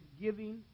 giving